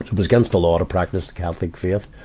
was against the law to practice catholic faith.